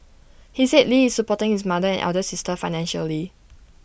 he said lee is supporting his mother and elder sister financially